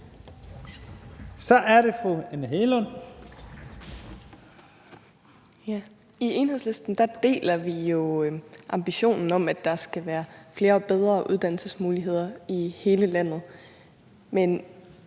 Kl. 17:46 Anne Hegelund (EL): I Enhedslisten deler vi jo ambitionen om, at der skal være flere og bedre uddannelsesmuligheder i hele landet.